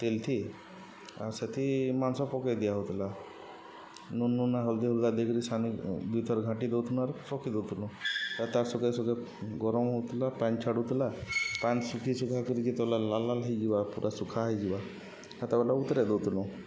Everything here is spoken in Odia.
ତେଲ ଥି ଆଉ ସେଥି ମାଂସ ପକେଇ ଦିଆ ହଉଥିଲା ନୁନ ନୁନା ହଲଦି ହଲଦା ଦେଇକରି ସାଙ୍ଗରେ ଦୁଇଥର ଘାଟି ଦଉଥୁ ଆର୍ ପକେଇ ଦଉଥନୁ ଆ ତାର୍ ସଗେ ସଗେ ଗରମ ହଉଥିଲା ପାଣି ଛାଡ଼ୁଥିଲା ପାଣି ଶୁଖି ଶୁଖା କରିକ ଯେତେବେଲା ଲାଲ ଲାଲ ହେଇଯିବା ପୁରା ଶୁଖା ହେଇଯିବା ହେ ତାବେଲା ଉତରେ ଦଉଥନୁ